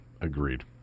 agreed